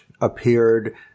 appeared